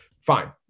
fine